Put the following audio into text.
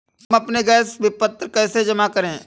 हम अपने गैस का विपत्र कैसे जमा करें?